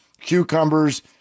cucumbers